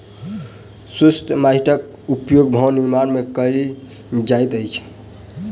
शुष्क माइटक उपयोग भवन निर्माण मे कयल जाइत अछि